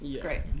Great